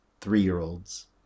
three-year-olds